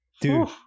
Dude